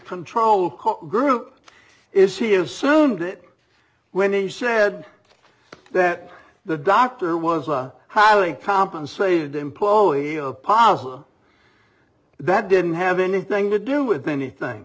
control group is he assumed it when he said that the dr was a highly compensated employee possible that didn't have anything to do with anything